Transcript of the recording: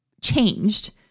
changed